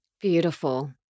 Beautiful